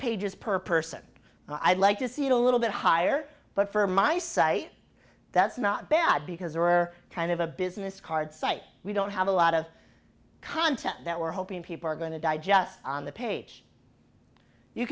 pages per person i'd like to see it a little bit higher but for my site that's not bad because they're kind of a business card site we don't have a lot of content that we're hoping people are going to digest on the page you